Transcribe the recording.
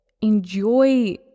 enjoy